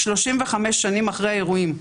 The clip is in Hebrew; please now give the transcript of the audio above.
35 שנים אחרי האירועים,